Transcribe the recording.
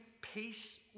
peace